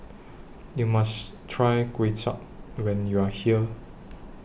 YOU must Try Kuay Chap when YOU Are here